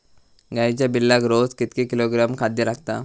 गाईच्या पिल्लाक रोज कितके किलोग्रॅम खाद्य लागता?